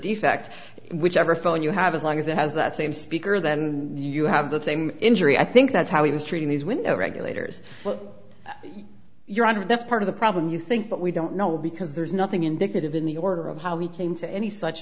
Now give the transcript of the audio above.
defect whichever phone you have as long as it has that same speaker then you have the same injury i think that's how it is treating these window regulators your honor that's part of the problem you think but we don't know because there's nothing indicative in the order of how we came to any